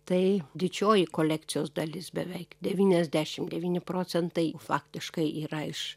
tai didžioji kolekcijos dalis beveik devyniasdešim devyni procentai faktiškai yra iš